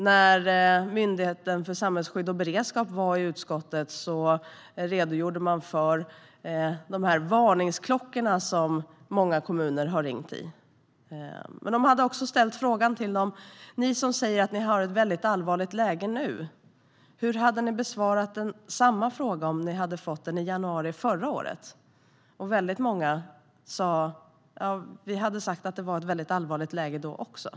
När Myndigheten för samhällsskydd och beredskap besökte utskottet redogjorde man för de varningsklockor som många kommuner har ringt i. MSB hade också ställt frågan till kommunerna: Ni som säger att ni har ett väldigt allvarligt läge nu, hur hade ni besvarat samma fråga om ni hade fått den i januari förra året? Väldigt många sa att de hade sagt att det var ett allvarligt läge då också.